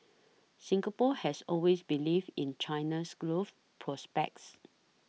Singapore has always believed in China's growth prospects